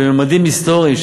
בממדים היסטוריים,